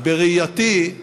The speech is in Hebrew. בראייתי,